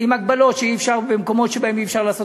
וכן הגבלות במקומות שבהם אי-אפשר ליישם את